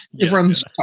Everyone's